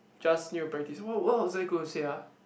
just new practice what what was I gonna say ah